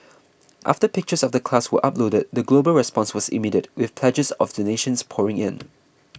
after pictures of the class were uploaded the global response was immediate with pledges of donations pouring in